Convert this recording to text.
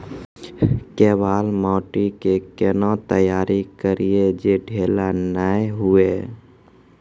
केवाल माटी के कैना तैयारी करिए जे ढेला नैय हुए?